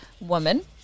woman